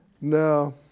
No